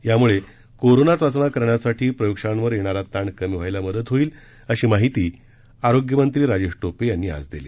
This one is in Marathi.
यामुळं कोरोना चाचण्या करण्यासाठी प्रयोगशाळांवर येणारा ताण कमी व्हायला मदत होईल अशी माहिती आरोग्यमंत्री राजेश टोपे यांनी आज दिली